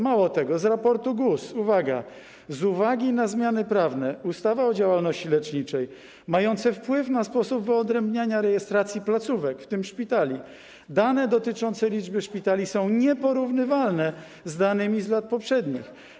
Mało tego, z raportu GUS, uwaga: Z uwagi na zmiany prawne - ustawa o działalności leczniczej - mające wpływ na sposób wyodrębniania i rejestracji placówek, w tym szpitali, dane dotyczące liczby szpitali są nieporównywalne z danymi z lat poprzednich.